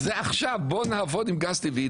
אז עכשיו בואו נעבוד עם גז טבעי,